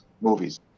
movies